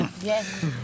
Yes